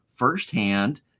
Firsthand